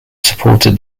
supported